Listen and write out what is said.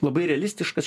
labai realistiškas